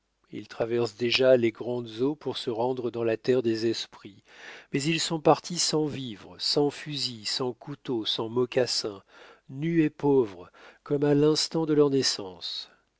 ils traversent déjà les grandes eaux pour se rendre dans la terre des esprits mais ils sont partis sans vivres sans fusils sans couteaux sans mocassins nus et pauvres comme à l'instant de leur naissance